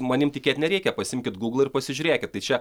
manim tikėt nereikia pasiimkit gūglą ir pasižiūrėkit tai čia